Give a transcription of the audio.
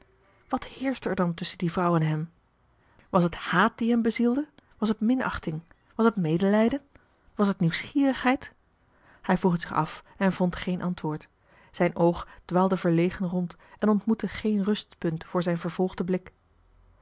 wat heerschte er dan tusschen die vrouw en hem was t haat die hem bezielde was t minachting was t medelijden was t nieuwsgierigheid hij vroeg t zich af en vond geen antwoord zijn oog dwaalde verlegen rond en ontmoette geen rustpunt voor zijn vervolgden blik